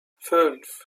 fünf